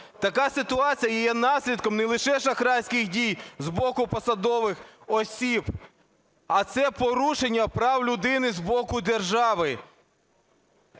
Така ситуація є наслідком не лише шахрайських дій з боку посадових осіб, а це порушення прав людини з боку держави.